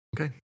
Okay